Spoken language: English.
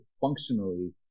functionally